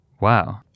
Wow